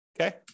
okay